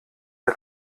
der